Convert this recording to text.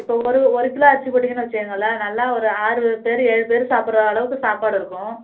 இப்போ ஒரு ஒரு கிலோ அரிசி போட்டீங்கன்னா வச்சுக்கிங்களேன் நல்லா ஒரு ஆறு பேர் ஏழு பேர் சாப்பிட்ற அளவுக்கு சாப்பாடு இருக்கும்